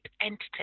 entity